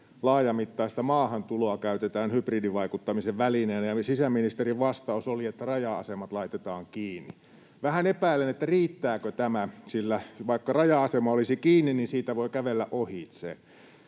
laajamittaista maahantuloa käytetään hybridivaikuttamisen välineenä, ja sisäministerin vastaus oli, että raja-asemat laitetaan kiinni. Vähän epäilen, riittääkö tämä, sillä vaikka raja-asema olisi kiinni, niin siitä voi kävellä ohitse.